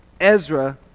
Ezra